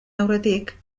aurretik